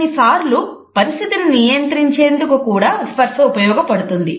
కొన్నిసార్లు పరిస్థితిని నియంత్రించేందుకు కూడా స్పర్శ ఉపయోగపడుతుంది